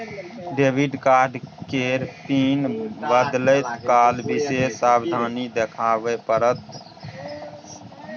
debit card केर PIN बदलैत काल विशेष सावाधनी देखाबे पड़त